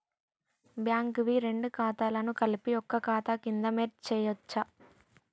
Bank వి రెండు ఖాతాలను కలిపి ఒక ఖాతా కింద మెర్జ్ చేయచ్చా?